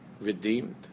redeemed